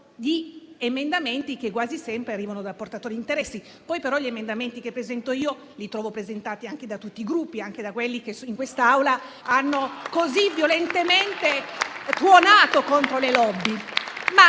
di emendamenti che quasi sempre arrivano da portatori di interessi. Gli emendamenti che però poi presento, li trovo presentati anche da tutti i Gruppi, anche da quelli che in quest'Aula hanno così violentemente tuonato contro le *lobby*.